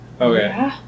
Okay